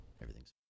Everything's